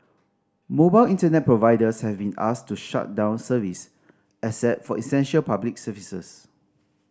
mobile Internet providers have been asked to shut down service except for essential public services